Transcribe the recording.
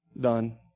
Done